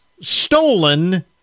stolen